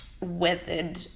weathered